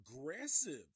aggressive